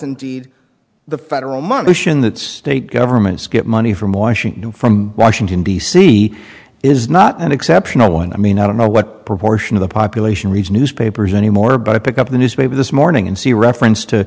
indeed the federal money in that state governments get money from washington from washington d c is not an exceptional one i mean i don't know what proportion of the population reach newspapers anymore but i pick up the newspaper this morning and see reference to